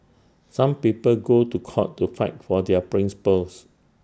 some people go to court to fight for their principles